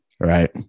Right